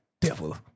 devil